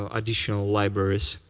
ah additional libraries.